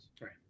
Right